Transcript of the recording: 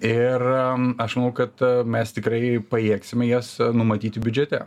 ir aš manau kad mes tikrai pajėgsime jas numatyti biudžete